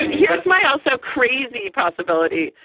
he writes my also crazy possibility.